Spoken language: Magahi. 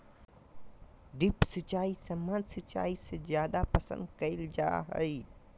ड्रिप सिंचाई सामान्य सिंचाई से जादे पसंद कईल जा हई